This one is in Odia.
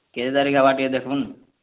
କେତେ ତାରିଖ୍ ହେବା ଟିକେ ଦେଖୁନ୍